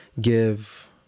give